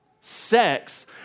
Sex